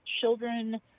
children